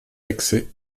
d’accès